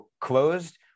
closed